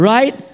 Right